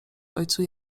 ojcu